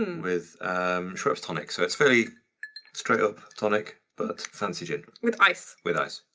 with schweppes tonic. so, it's fairly straight up tonic but fancy gin. with ice. with ice.